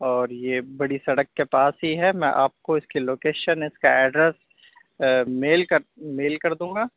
اور یہ بڑی سڑک کے پاس ہی ہے میں آپ کو اس کی لوکیشن اس کا ایڈریس میل کر میل کر دوں گا